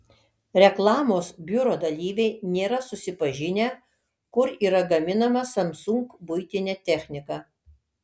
reklamos biuro dalyviai nėra susipažinę kur yra gaminama samsung buitinė technika